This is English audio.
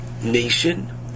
nation